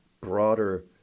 broader